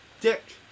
Dick